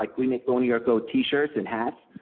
like we make go, new york, go tee shirts and hats,